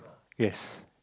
yes